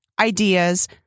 ideas